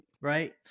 right